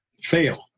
fail